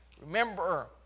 remember